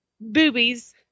boobies